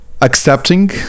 accepting